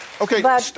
Okay